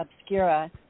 Obscura